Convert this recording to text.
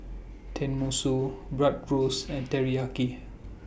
Tenmusu Bratwurst and Teriyaki